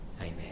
Amen